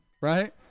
right